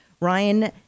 Ryan